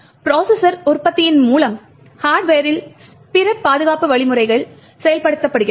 processor உற்பத்தியின் மூலம் ஹார்ட்வரில் பிற பாதுகாப்பு வழிமுறை செயல்படுத்தப்படுகிறது